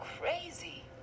crazy